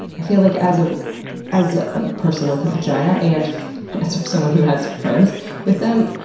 i feel like, as ah as a person with a vagina and someone who has friends with them,